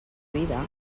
vida